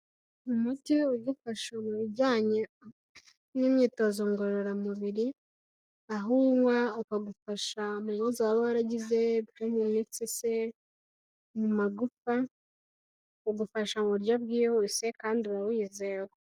Umuti ugufasha mu bijyanye n'imyitozo ngororamubiri, aho uwunywa ukagufasha mu bibazo waba waragize birimo imitsi se, mu magufa ugufasha mu buryo bwihuse kandi urizewe.